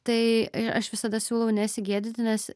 tai aš visada siūlau nesigėdyti nes